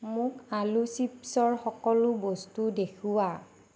মোক আলু চিপছৰ সকলো বস্তু দেখুওঁৱা